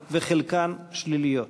חלקן חיוביות וחלקן שליליות.